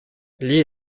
lee